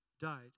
died